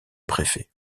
préfet